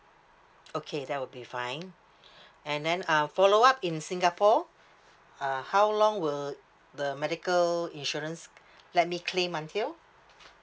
okay that will be fine and then uh follow up in singapore uh how long will the medical insurance let me claim until